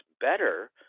better